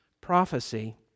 prophecy